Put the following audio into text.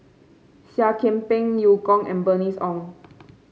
Seah Kian Peng Eu Kong and Bernice Ong